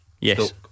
Yes